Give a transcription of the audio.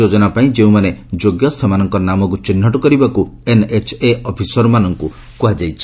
ଯୋଜନା ପାଇଁ ଯେଉଁମାନେ ଯୋଗ୍ୟ ସେମାନଙ୍କ ନାମକୁ ଚିହ୍ନଟ କରିବାକୁ ଏନ୍ଏଚ୍ଏ ଅଫିସର୍ମାନଙ୍କୁ କହିଛି